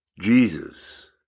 Jesus